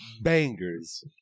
bangers